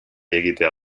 egitea